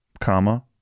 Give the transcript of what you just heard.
Comma